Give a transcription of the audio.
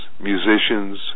musicians